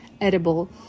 edible